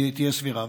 תהיה סבירה.